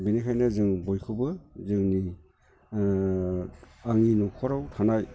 बिनिखायनो जों बयखौबो जोंनि आंनि न'खराव थानाय